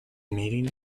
mating